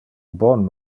bon